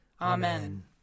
Amen